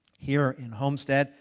here in homestead,